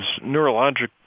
neurologic